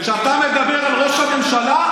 כשאתה מדבר על ראש הממשלה,